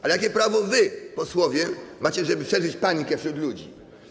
Ale jakie prawo wy, posłowie, macie, żeby szerzyć panikę wśród ludzi?